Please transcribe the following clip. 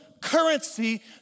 currency